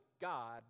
God